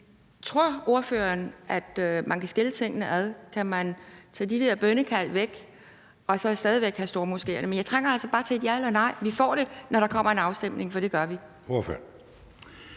Men tror ordføreren, at man kan skille tingene ad? Kan man tage de der bønnekald væk og så stadig væk have stormoskéer? Jeg trænger altså bare til et ja eller nej. Og vi får det, når der kommer en afstemning, for det gør der.